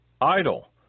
idle